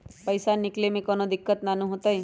पईसा निकले में कउनो दिक़्क़त नानू न होताई?